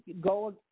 go